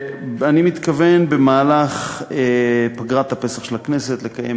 אני מתכוון במהלך פגרת הפסח של הכנסת לקיים